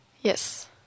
yes